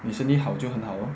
recently 好就很好 lor